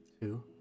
Two